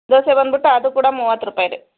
ದೋಸೆ ಬಂದುಬಿಟ್ಟು ಅದು ಕೂಡ ಮೂವತ್ತು ರೂಪಾಯಿ ರೀ